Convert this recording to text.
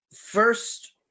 first